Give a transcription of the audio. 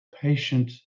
patient